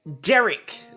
Derek